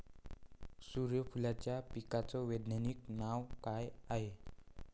सुर्यफूलाच्या पिकाचं वैज्ञानिक नाव काय हाये?